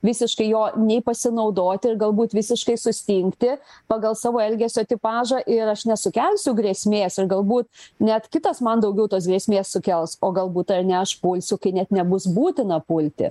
visiškai jo nei pasinaudoti ir galbūt visiškai sustingti pagal savo elgesio tipažą ir aš nesukelsiu grėsmės ir galbūt net kitas man daugiau tos grėsmės sukels o galbūt ar ne aš pulsiu kai net nebus būtina pulti